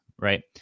Right